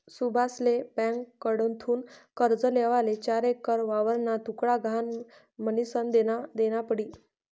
सुभाषले ब्यांककडथून कर्ज लेवाले चार एकर वावरना तुकडा गहाण म्हनीसन देना पडी